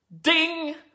Ding